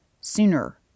sooner